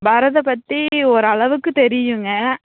பரதம் பற்றி ஓரளவுக்கு தெரியுங்க